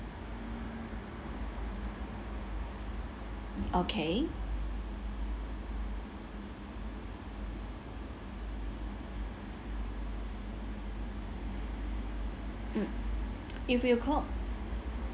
okay mm if you call